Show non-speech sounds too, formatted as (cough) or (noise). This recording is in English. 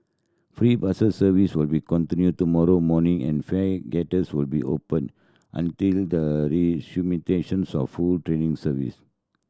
free bus service will be continue tomorrow morning and fare (unintelligible) will be open until the (unintelligible) of full training service